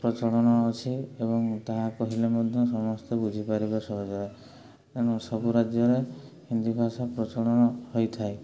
ପ୍ରଚଳନ ଅଛି ଏବଂ ତାହା କହିଲେ ମଧ୍ୟ ସମସ୍ତେ ବୁଝିପାରିବେ ସହଜରେ ତେଣୁ ସବୁ ରାଜ୍ୟରେ ହିନ୍ଦୀ ଭାଷା ପ୍ରଚଳନ ହୋଇଥାଏ